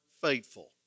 faithful